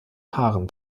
haaren